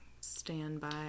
standby